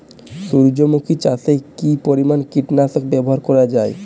সূর্যমুখি চাষে কি পরিমান কীটনাশক ব্যবহার করা যায়?